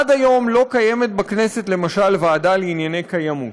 עד היום לא קיימת בכנסת ועדה לענייני קיימות,